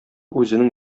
үзенең